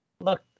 look